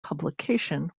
publication